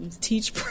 Teach